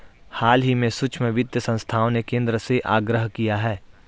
हाल ही में सूक्ष्म वित्त संस्थाओं ने केंद्र से आग्रह किया है